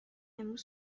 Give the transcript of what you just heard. امروز